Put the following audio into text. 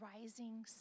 rising